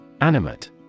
Animate